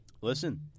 Listen